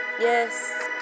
yes